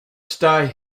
stay